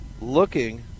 looking